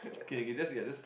okay you can just yeah just